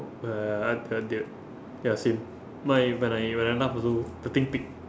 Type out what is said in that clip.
ah ya same my when I when I laugh also the thing peak